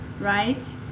right